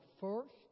first